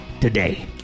today